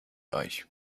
euch